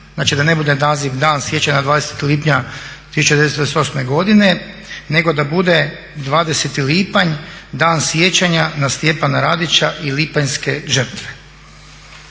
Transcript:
znači da ne bude naziv Dan sjećanja na 20.lipnja 1928.godine nego da bude 20.lipanj Dan sjećanja na Stjepana Radića i lipanjske žrtve.